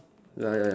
ya ya ya